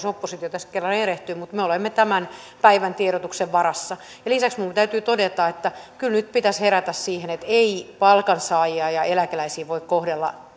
oppositio tässä kerran erehtyy mutta me olemme tämän päivän tiedotuksen varassa lisäksi minun täytyy todeta että kyllä nyt pitäisi herätä siihen että ei palkansaajia ja eläkeläisiä voi kohdella